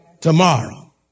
tomorrow